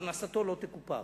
פרנסתו לא תקופח,